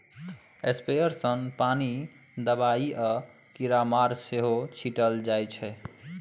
sprayer सँ पानि, दबाइ आ कीरामार सेहो छीटल जाइ छै